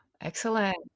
excellent